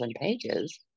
pages